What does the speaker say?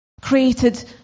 created